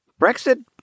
Brexit